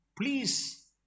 Please